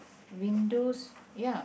windows ya